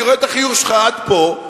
אני רואה את החיוך שלך עד פה.